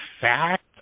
fact